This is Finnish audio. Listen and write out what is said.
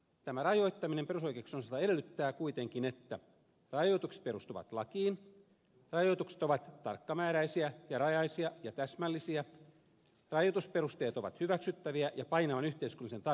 tämä rajoittaminen perusoikeuksien osalta edellyttää kuitenkin että rajoitukset perustuvat lakiin rajoitukset ovat tarkkamääräisiä ja rajaisia ja täsmällisiä rajoitusperusteet ovat hyväksyttäviä ja painavan yhteiskunnallisen tarpeen vaatimia